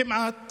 כמעט